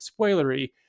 spoilery